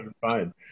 fine